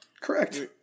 Correct